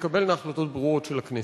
ושתתקבלנה החלטות ברורות של הכנסת.